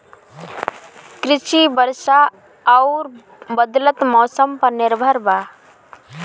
कृषि वर्षा आउर बदलत मौसम पर निर्भर बा